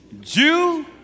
Jew